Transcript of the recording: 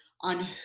on